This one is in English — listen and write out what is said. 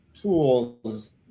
tools